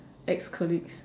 ex colleagues